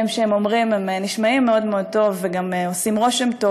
שהם אומרים נשמעים מאוד מאוד טוב וגם עושים רושם טוב?